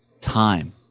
time